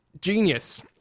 genius